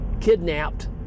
kidnapped